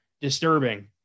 disturbing